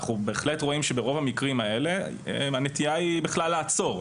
אנחנו בהחלט רואים שברוב המקרים האלה הנטייה היא בכלל לעצור,